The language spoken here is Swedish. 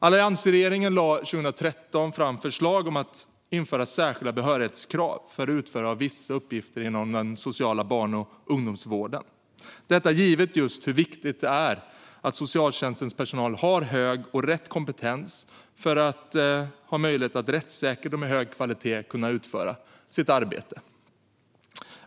Alliansregeringen lade 2013 fram förslag om att införa särskilda behörighetskrav för utförare av vissa uppgifter inom den sociala barn och ungdomsvården, detta givet hur viktigt det är att socialtjänstens personal har hög och rätt kompetens för att rättssäkert och med hög kvalitet kunna utföra sitt arbete.